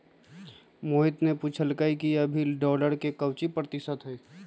मोहित ने पूछल कई कि अभी डॉलर के काउची प्रतिशत है?